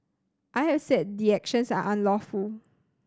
I have said the actions are unlawful